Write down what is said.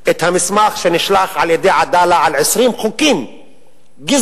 את המסמך שנשלף על-ידי "עדאלה" על 20 חוקים גזעניים,